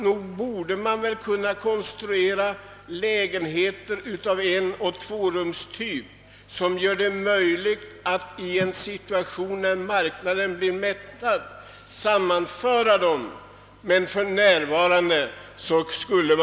Nog borde man väl kunna konstruera enoch tvårumslägenheter av en typ som gör det möjligt att då bostadsmarknaden blivit mättad sammanföra dem till större lägenheter.